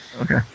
Okay